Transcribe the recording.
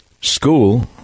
school